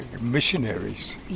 missionaries